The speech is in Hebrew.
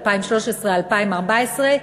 2013 2014,